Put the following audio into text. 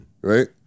right